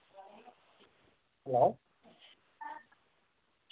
hello